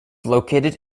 located